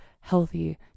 healthy